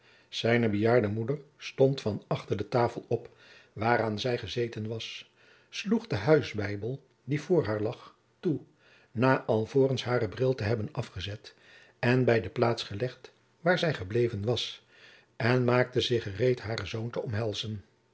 zijne bejaarde moeder stond van achter de tafel op waaraan zij gezeten was sloeg den huisbijbel die voor haar lag toe na alvorens haren bril te hebben afgezet en bij de plaats gelegd waar zij gebleven was en maakte zich gereed haren zoon te omhelzen